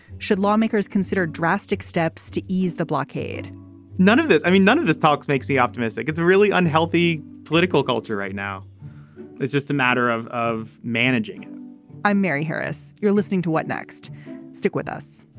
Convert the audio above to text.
should lawmakers consider drastic steps to ease the blockade none of this i mean none of this talks makes the optimistic it's really unhealthy. political culture right now is just a matter of of managing it i'm mary harris. you're listening to what next stick with us